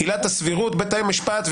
עילת הסבירות בתי משפט,